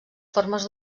formes